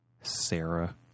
Sarah